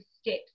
steps